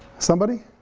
somebody?